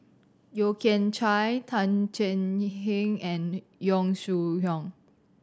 Yeo Kian Chye Tan Thuan Heng and Yong Shu Hoong